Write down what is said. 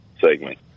segment